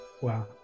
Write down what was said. Wow